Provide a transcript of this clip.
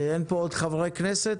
עוד אין פה חברי כנסת,